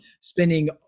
spending